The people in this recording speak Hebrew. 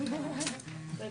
מינהלי.